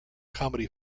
comedy